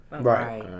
right